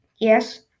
yes